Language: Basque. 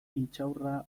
intxaurra